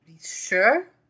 sure